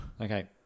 Okay